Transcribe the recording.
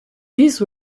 these